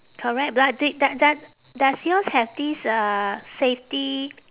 correct but did d~ d~ does yours have this uh safety